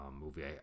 movie